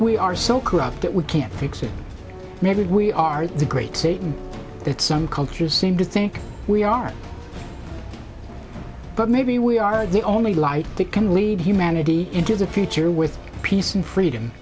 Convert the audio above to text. we are so corrupt that we can't fix it maybe we are the great satan that some cultures seem to think we are but maybe we are the only light that can lead humanity into the future with peace and freedom